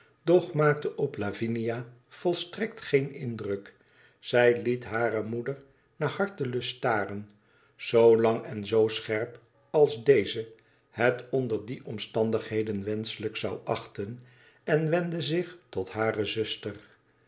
doch maakte op lavinina volstrekt geen indruk zij liet hare moeder naar hartelust staren zoo lang en zoo scherp als deze het onder die omstandigheden wenschelijk zou achten en wendde zich tot hare zuster